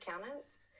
accountants